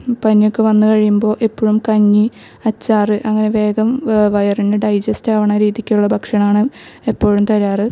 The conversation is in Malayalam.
പനിയൊക്കെ വന്ന് കഴിയുമ്പോൾ ഇപ്പളും കഞ്ഞിയും അച്ചാറ് അങ്ങനെ വേഗം വയറിന് ഡൈജസ്റ്റ് ആകുന്ന രീതിക്കുള്ള ഭക്ഷണമാണ് എപ്പോഴും തരാറ്